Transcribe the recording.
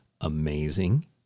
amazing